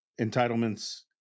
entitlements